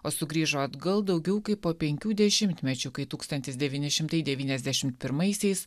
o sugrįžo atgal daugiau kaip po penkių dešimtmečių kai tūkstantis devyni šimtai devyniasdešimt pirmaisiais